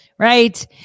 right